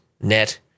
net